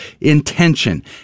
intention